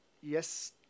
Yes